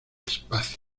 espacio